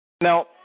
Now